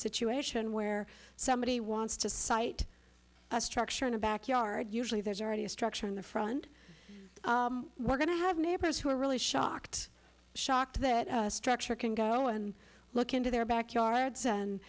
situation where somebody wants to cite a structure in a back yard usually there's already a structure on the front we're going to have neighbors who are really shocked shocked that a structure can go and look into their backyards and